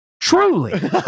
Truly